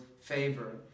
favor